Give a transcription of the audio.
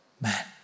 man